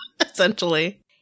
essentially